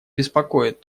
беспокоит